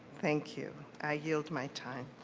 thank you. i yield my time.